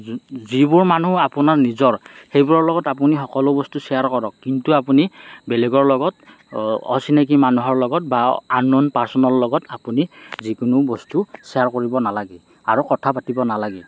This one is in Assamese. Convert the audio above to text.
যোন যিবোৰ মানুহ আপোনাৰ নিজৰ সেইবোৰৰ লগত আপুনি সকলো বস্তু শ্বেয়াৰ কৰক কিন্তু আপুনি বেলেগৰ লগত অচিনাকি মানুহৰ লগত বা আননউন পাৰচনৰ লগত আপুনি যিকোনো বস্তু শ্বেয়াৰ কৰিব নালাগে আৰু কথা পাতিব নালাগে